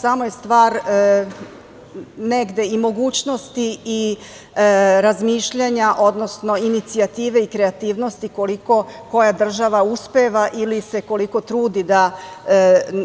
Samo je stvar negde i mogućnosti i razmišljanja, odnosno inicijative i kreativnosti koliko koja država uspeva ili se koliko trudi da